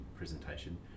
presentation